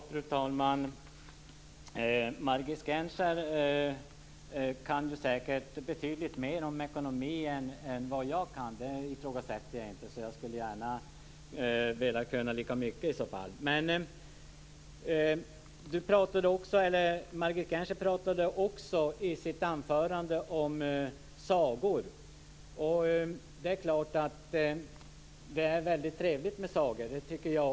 Fru talman! Margit Gennser kan betydligt mer om ekonomi än vad jag kan. Det ifrågasätter jag inte. Jag skulle gärna vilja veta lika mycket. Margit Gennser pratade också i sitt anförande om sagor. Det är trevligt med sagor.